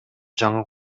жаңы